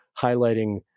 highlighting